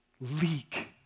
leak